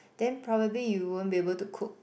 then probably you won't be able to cook